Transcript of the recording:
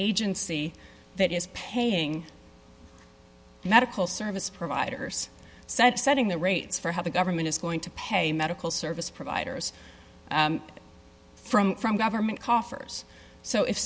agency that is paying medical service providers such setting the rates for how the government is going to pay medical service providers from from government coffers so if